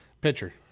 Pitcher